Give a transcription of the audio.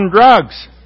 drugs